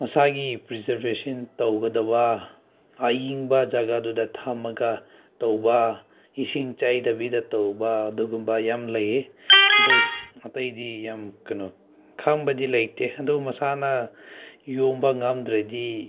ꯃꯁꯥꯒꯤ ꯄ꯭ꯔꯤꯖꯔꯚꯦꯁꯟ ꯇꯧꯒꯗꯕ ꯑꯌꯤꯡꯕ ꯖꯒꯥꯗꯨꯗ ꯊꯝꯃꯒ ꯇꯧꯕ ꯏꯁꯤꯡ ꯆꯥꯏꯗꯕꯤꯗ ꯇꯧꯕ ꯑꯗꯨꯒꯨꯝꯕ ꯌꯥꯝ ꯂꯩꯌꯦ ꯑꯗꯨ ꯑꯇꯩꯗꯤ ꯌꯥꯝ ꯀꯩꯅꯣ ꯈꯪꯕꯗꯤ ꯂꯩꯇꯦ ꯑꯗꯨ ꯃꯁꯥꯅ ꯌꯣꯟꯕ ꯉꯝꯗ꯭ꯔꯗꯤ